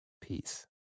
Peace